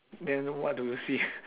then what do you see